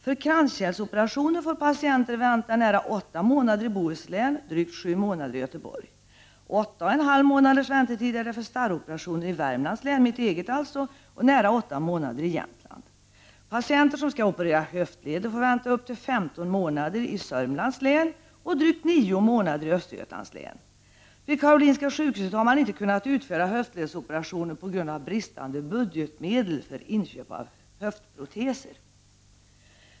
För kranskärlsoperationer får patienter vänta nära åtta månader i Bohuslän, drygt sju månader i Göteborg. Åtta och en halv månaders väntetid är det för starroperationer i Värmlands län — mitt eget alltså — och nära åtta månader i Jämtland. Patienter som skall operera höftleder får vänta upp till femton månader i Sörmlands län och drygt nio månader i Östergötlands län. Vid Karolinska sjukhuset har man inte kunnat utföra höftledsoperationer på grund av bristande budgetmedel för inköp av höftproteser.